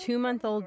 TWO-MONTH-OLD